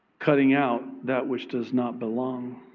cutting out that which does not belong,